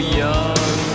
young